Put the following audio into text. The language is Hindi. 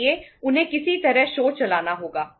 इसलिए उन्हें किसी तरह शो चलाना होगा